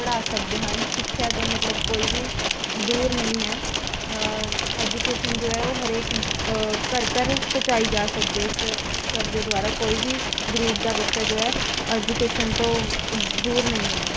ਪੜ੍ਹਾ ਸਕਦੇ ਹਨ ਸਿੱਖਿਆ ਤੋਂ ਮਤਲਬ ਕੋਈ ਵੀ ਦੂਰ ਨਹੀਂ ਹੈ ਐਜੂਕੇਸ਼ਨ ਜੋ ਹੈ ਉਹ ਹਰੇਕ ਘਰ ਘਰ ਪਹੁੰਚਾਈ ਜਾ ਸਕਦੀ ਇਸ ਕਰਜ਼ੇ ਦੁਆਰਾ ਕੋਈ ਵੀ ਗਰੀਬ ਦਾ ਬੱਚਾ ਜੋ ਹੈ ਐਜੂਕੇਸ਼ਨ ਤੋਂ ਦੂਰ ਨਹੀਂ ਹੈ